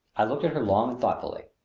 i looked at her long and thoughtfully.